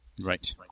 Right